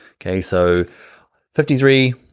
okay, so fifty three,